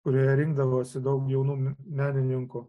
kurioje rinkdavosi daug jaunų menininkų